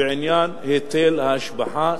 היא עניין היטל ההשבחה,